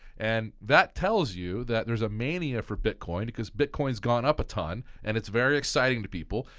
and that tells you that there's a mania for bitcoin because bitcoin has gone up a ton and it's very exciting to people,